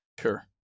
Sure